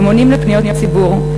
הם עונים לפניות ציבור,